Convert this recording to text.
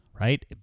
right